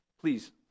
Please